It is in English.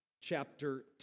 chapter